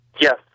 Yes